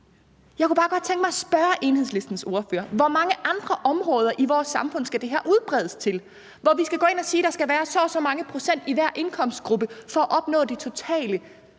Jeg kunne bare godt tænke mig at spørge Enhedslistens ordfører: Hvor mange andre områder i vores samfund skal det her udbredes til, hvor vi skal gå ind og sige, at der skal være så og så mange procent i hver indkomstgruppe for at opnå det totale